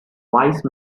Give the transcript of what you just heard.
wise